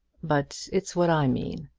but it's what i mean.